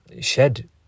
shed